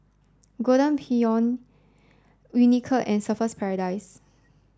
Golden Peony Unicurd and Surfer's Paradise